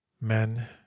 men